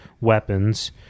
weapons